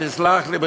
תסלח לי,